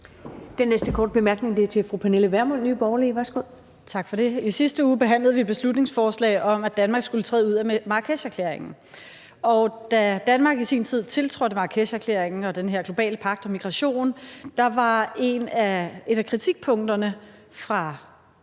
I sidste uge behandlede vi et beslutningsforslag om, at Danmark skulle træde ud af Marrakesherklæringen. Da Danmark i sin tid tiltrådte Marrakesherklæringen og den her globale pagt om migration, var et af kritikpunkterne fra